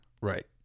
right